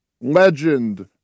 legend